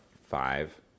five